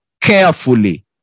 carefully